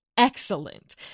Excellent